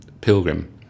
pilgrim